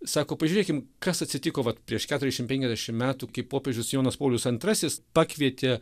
sako pažiūrėkim kas atsitiko vat prieš keturiasdešim penkiasdešim metų kai popiežius jonas paulius antrasis pakvietė